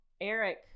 Eric